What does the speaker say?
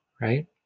Right